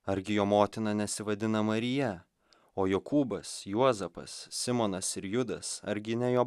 argi jo motina nesivadina marija o jokūbas juozapas simonas ir judas argi ne jo